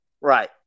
Right